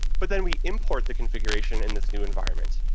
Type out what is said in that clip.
but then we import the configuration in this new environment,